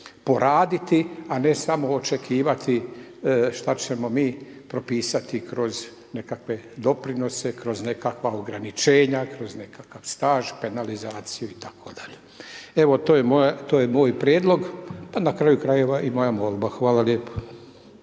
a ne samo očekivati, šta ćemo mi propisati kroz nekakve doprinose, kroz nekakva ograničenja, kroz nekakav staž, penalizaciju itd. Evo, to je moj prijedlog, pa na kraju krajeva i moja molba. Hvala lijepo.